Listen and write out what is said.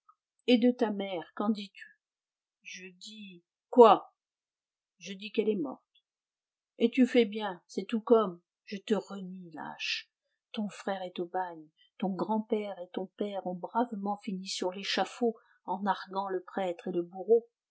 et de ta mère qu'en dis-tu je dis quoi je dis qu'elle est morte et tu fais bien c'est tout comme je te renie lâche ton frère est au bagne ton grand-père et ton père ont bravement fini sur l'échafaud en narguant le prêtre et le bourreau